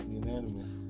unanimous